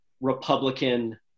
Republican